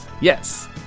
Yes